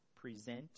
Present